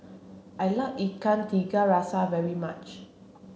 I like Ikan Tiga Rasa very much